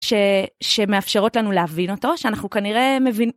שמאפשרות לנו להבין אותו, שאנחנו כנראה מבינים.